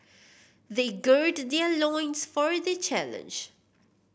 they gird their loins for the challenge